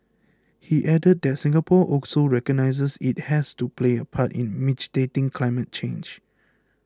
he added that Singapore also recognises it has to play a part in mitigating climate change